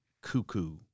cuckoo